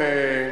כיום,